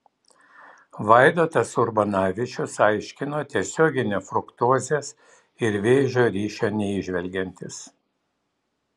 vaidotas urbanavičius aiškino tiesioginio fruktozės ir vėžio ryšio neįžvelgiantis